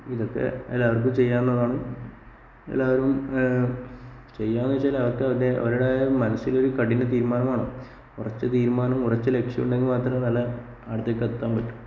അപ്പോൾ ഇതൊക്കെ എല്ലാവർക്കും ചെയ്യാവുന്നതാണ് എല്ലാവരും ചെയ്യണമെന്നു വെച്ചാല് അവരുടെ മനസ്സിലൊരു കഠിന തീരുമാനമാണ് ഉറച്ച തീരുമാനം ഉറച്ച ലക്ഷ്യം ഉണ്ടെങ്കിൽ മാത്രമെ അടുത്തേക്ക് അത് എത്താൻപറ്റു